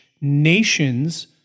nations